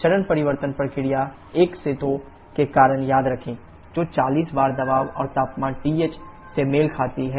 चरण परिवर्तन प्रक्रिया 1 से 2 के कारण याद रखें जो 40 बार दबाव और तापमान TH से मेल खाती है